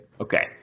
Okay